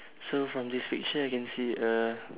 so from this picture I can see a